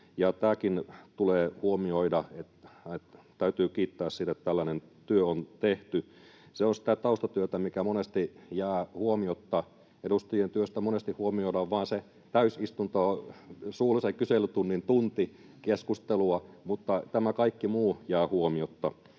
Tämäkin tulee huomioida, että täytyy kiittää siitä, että tällainen työ on tehty. Se on sitä taustatyötä, mikä monesti jää huomiotta. Edustajien työstä monesti huomioidaan vain se täysistunto, suullisen kyselytunnin tunti keskustelua, mutta tämä kaikki muu jää huomiotta.